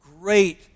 great